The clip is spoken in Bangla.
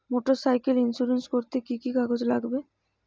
মোটরসাইকেল ইন্সুরেন্স করতে কি কি কাগজ লাগবে?